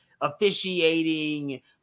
officiating